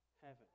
heaven